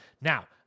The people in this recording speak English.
Now